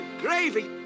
Gravy